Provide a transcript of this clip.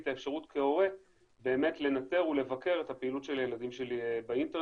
את האפשרות כהורה לנטר ולבקר את הפעילות של הילדים שלי באינטרנט.